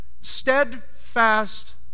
Steadfast